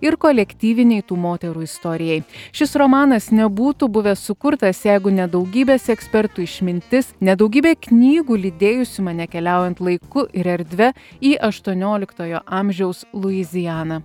ir kolektyvinei tų moterų istorijai šis romanas nebūtų buvęs sukurtas jeigu ne daugybės ekspertų išmintis ne daugybė knygų lydėjusių mane keliaujant laiku ir erdve į aštuonioliktojo amžiaus luizianą